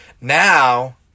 Now